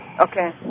Okay